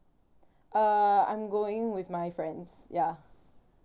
uh I'm going with my friends ya